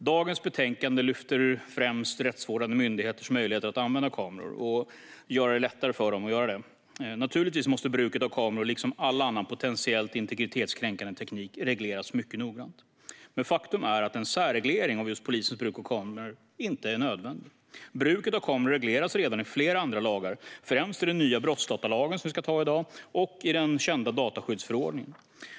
Dagens betänkande lyfter främst fram rättsvårdande myndigheters möjligheter att använda kameror och vill göra det lättare för dem att göra det. Naturligtvis måste bruket av kameror, liksom av all annan potentiellt integritetskränkande teknik, regleras mycket noggrant. Faktum är dock att särreglering av just polisens bruk av kameror inte är nödvändig. Bruket av kameror regleras redan i flera andra lagar, främst i den nya brottsdatalag som vi ska anta i dag och i den välkända dataskyddsförordningen.